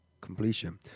completion